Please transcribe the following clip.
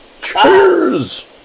Cheers